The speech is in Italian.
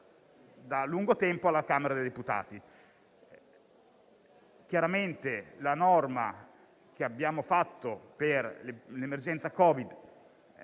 da lungo tempo alla Camera dei deputati. Chiaramente, la norma che abbiamo fatto per l'emergenza Covid